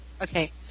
Okay